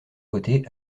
votée